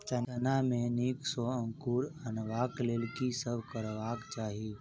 चना मे नीक सँ अंकुर अनेबाक लेल की सब करबाक चाहि?